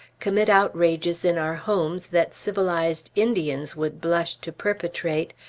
commit outrages in our homes that civilized indians would blush to perpetrate,